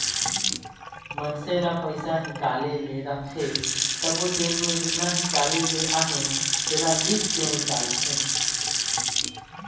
मइनसे ल पइसा हिंकाले ले रहथे तबो चेक में जेतना हिंकाले ले अहे तेला लिख के हिंकालथे